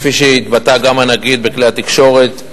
כפי שהתבטא גם הנגיד בכלי התקשורת.